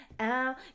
Out